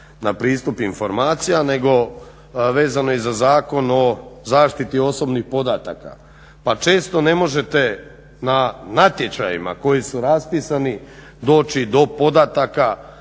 na pristup informacijama nego vezano je za Zakon o zaštiti osobnih podataka pa često ne možete na natječajima koji su raspisani doći do podataka